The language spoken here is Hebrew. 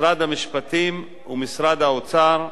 משרד המשפטים ומשרד האוצר,